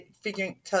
figuring